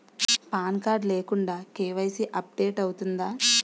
Pan card లేకుండా KYC update అవుతుందా?